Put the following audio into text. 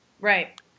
Right